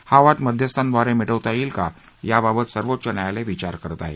हा वाद मध्यस्थांद्वारे मिटवता येईल का यावावत सर्वोच्च न्यायालय विचार करत आहे